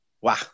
Wow